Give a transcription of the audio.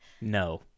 No